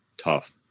tough